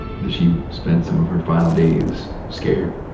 that she spent some of her final days scared?